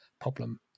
problem